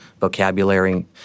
vocabulary